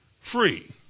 free